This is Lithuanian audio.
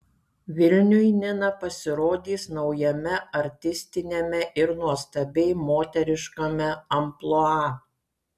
vilniui nina pasirodys naujame artistiniame ir nuostabiai moteriškame amplua